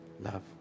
Love